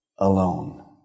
Alone